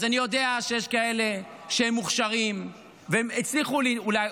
אז אני יודע שיש כאלה שהם מוכשרים והם הצליחו אולי,